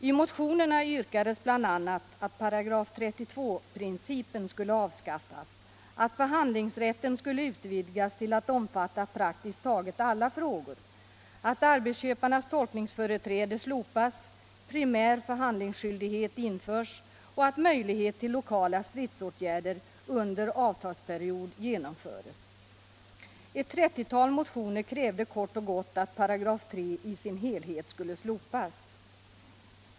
I motionerna yrkades bl.a. att § 32 principen avskaffas, att förhandlingsrätten utvidgas till att omfatta praktiskt taget alla frågor, att arbetsköparnas tolkningsföreträde slopas, att primär förhandlingsskyldighet införs och att möjlighet till lokala stridsåtgärder under avtalsperiod genomförs. Ett trettiotal motioner krävde kort och gott att 3§ i sin helhet skulle slopas.